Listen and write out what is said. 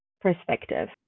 perspective